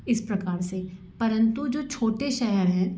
इस प्रकार से परंतु जो छोटे शहर हैं